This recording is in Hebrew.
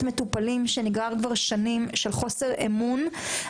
מטופלים שנגרר כבר שנים של חוסר אמון.